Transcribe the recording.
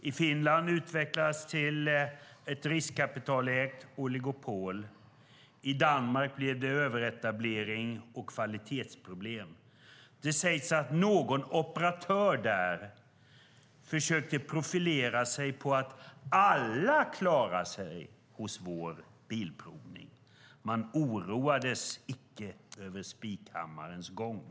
I Finland utvecklades det till ett riskkapitalägt oligopol, och i Danmark blev det överetablering och kvalitetsproblem. Det sägs att en operatör där försökte profilera sig med: Alla klarar sig hos vår bilprovning. Man oroades icke över spikhammarens gång.